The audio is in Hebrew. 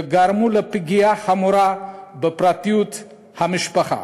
וגרמו לפגיעה חמורה בפרטיות המשפחה.